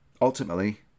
ultimately